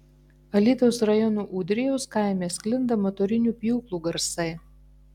alytaus rajono ūdrijos kaime sklinda motorinių pjūklų garsai